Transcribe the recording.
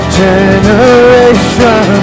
generation